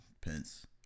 Pence